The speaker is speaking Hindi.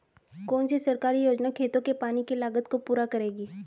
कौन सी सरकारी योजना खेतों के पानी की लागत को पूरा करेगी?